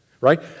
right